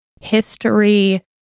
history